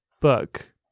book